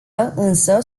însă